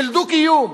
של דו-קיום,